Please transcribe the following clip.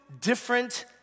different